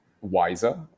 wiser